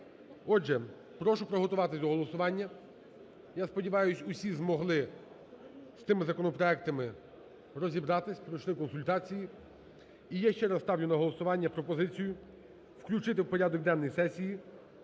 Отже, прошу приготуватись до голосування. Я сподіваюсь, усі змогли з тими законопроектами розібратися, пройшли консультації, і я ще раз ставлю на голосування пропозицію включити в порядок денний сесії